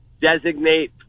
Designate